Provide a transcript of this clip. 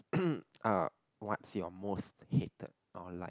uh what's your most hated or liked